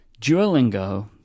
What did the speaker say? Duolingo